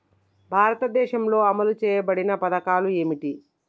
భారతదేశంలో అమలు చేయబడిన పథకాలు ఏమిటి?